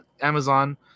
Amazon